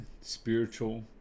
spiritual